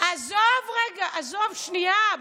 עזוב רגע, עזוב, שנייה.